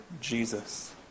Jesus